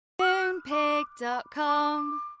Moonpig.com